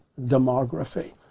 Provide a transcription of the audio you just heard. demography